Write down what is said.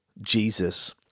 Jesus